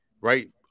right